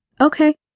Okay